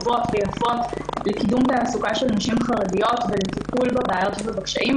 טובות ויפות לקידום תעסוקה של נשים חרדיות ולטיפול בבעיות ובקשיים,